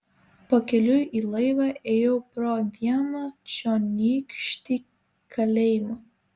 pakeliui į laivą ėjau pro vieną čionykštį kalėjimą